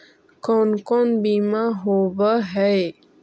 कोन कोन बिमा होवय है?